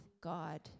God